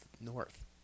north